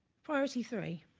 priority three,